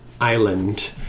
island